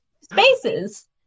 spaces